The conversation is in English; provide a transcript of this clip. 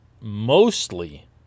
mostly